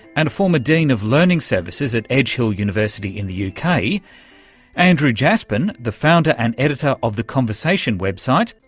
and a former dean of learning services at edge hill university in the uk kind of andrew jaspan, the founder and editor of the conversation website,